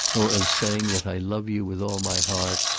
nor of saying that i love you with all my heart,